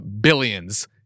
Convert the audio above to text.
billions